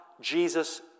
Jesus